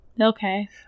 Okay